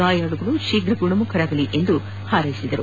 ಗಾಯಾಳುಗಳಿಗೆ ಶೀಫ್ರ ಗುನಮುಖರಾಗಲಿ ಎಂದು ಹಾರೈಸಿದರು